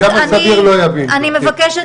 אני רוצה